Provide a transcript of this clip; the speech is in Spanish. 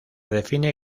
define